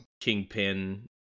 kingpin